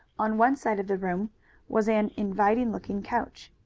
on one side of the room was an inviting-looking couch.